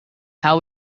how